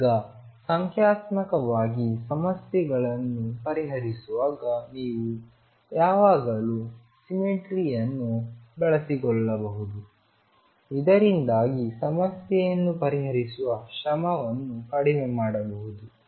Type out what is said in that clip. ಈಗ ಸಂಖ್ಯಾತ್ಮಕವಾಗಿ ಸಮಸ್ಯೆಗಳನ್ನು ಪರಿಹರಿಸುವಾಗ ನೀವು ಯಾವಾಗಲೂ ಸಿಮ್ಮೆಟ್ರಿ ಯನ್ನು ಬಳಸಿಕೊಳ್ಳಬಹುದು ಇದರಿಂದಾಗಿ ಸಮಸ್ಯೆಯನ್ನು ಪರಿಹರಿಸುವ ಪರಿಶ್ರಮವನ್ನು ಕಡಿಮೆ ಮಾಡಬಹುದು